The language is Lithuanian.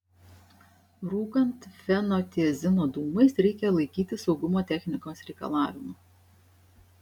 rūkant fenotiazino dūmais reikia laikytis saugumo technikos reikalavimų